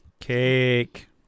Cake